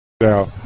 Now